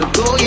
go